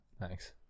Thanks